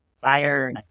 fire